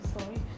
Sorry